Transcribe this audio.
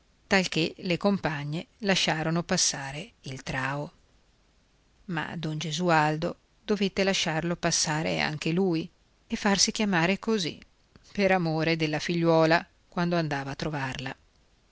talché le compagne lasciarono passare il trao ma don gesualdo dovette lasciarlo passare anche lui e farsi chiamare così per amore della figliuola quando andava a trovarla